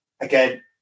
Again